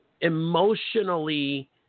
emotionally